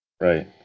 Right